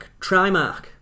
Trimark